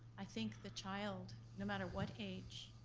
i think the child, no matter what age,